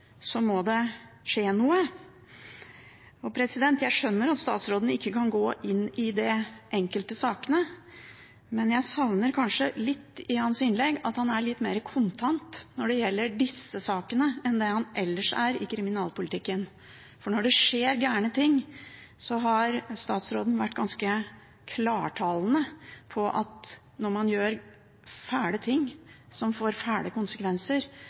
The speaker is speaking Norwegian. må noe skje. Jeg skjønner at statsråden ikke kan gå inn i de enkelte sakene, men jeg savner kanskje at han er litt mer kontant enn han var i sitt innlegg når det gjelder disse sakene, som han ellers er i kriminalpolitikken – for når det skjer noe galt, har statsråden vært ganske klarttalende om at når man gjør fæle ting, som får fæle konsekvenser,